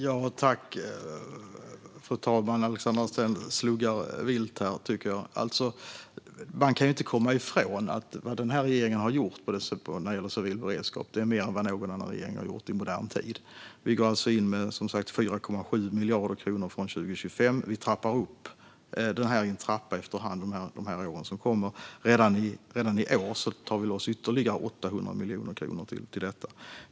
Fru talman! Alexandra Anstrell sluggar vilt här, tycker jag. Man kan inte komma ifrån att den här regeringen när det gäller civil beredskap har gjort mer än någon annan regering har gjort i modern tid. Vi går alltså in med 4,7 miljarder kronor från 2025. Vi trappar upp efter hand under de år som kommer. Redan i år tar vi loss ytterligare 800 miljoner kronor till detta.